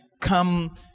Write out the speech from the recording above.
come